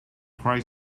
cried